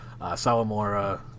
Salamora